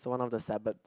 so one of the Sabbath